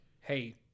hey